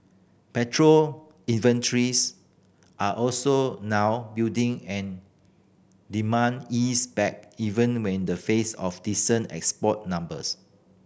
petrol inventories are also now building an demand ease back even when the face of decent export numbers